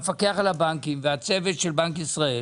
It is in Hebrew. המפקח על הבנקים והצוות של בנק ישראל